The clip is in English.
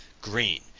green